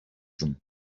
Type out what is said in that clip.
them